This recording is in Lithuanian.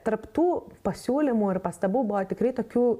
tarp tų pasiūlymų ir pastabų buvo tikrai tokių